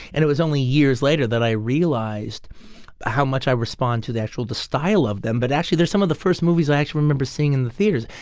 and it was only years later that i realized how much i respond to that actual the style of them. but actually, there's some of the first movies i actually remember seeing in the theaters.